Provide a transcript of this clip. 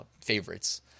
favorites